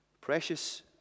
precious